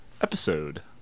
episode